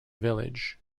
village